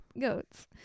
goats